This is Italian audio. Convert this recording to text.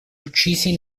uccisi